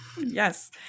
yes